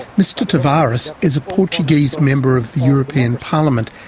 mr tavares is a portuguese member of the european parliament,